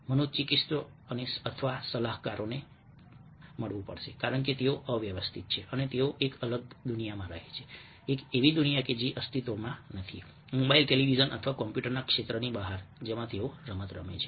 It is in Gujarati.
મનોચિકિત્સકો અથવા સલાહકારોને મળો કારણ કે તેઓ અવ્યવસ્થિત છે અને તેઓ એક અલગ દુનિયામાં રહે છે એક એવી દુનિયા જે અસ્તિત્વમાં નથી મોબાઇલ ટેલિવિઝન અથવા કમ્પ્યુટરના ક્ષેત્રની બહાર જેમાં તેઓ રમત રમે છે